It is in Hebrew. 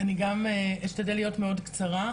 אני גם אשתדל להיות מאוד קצרה.